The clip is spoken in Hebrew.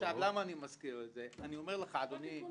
למה אני מזכיר את זה, היושב-ראש,